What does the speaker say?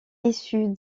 issue